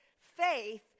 Faith